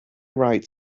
right